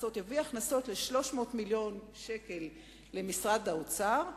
הכנסות של 300 מיליון שקל למשרד האוצר.